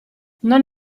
non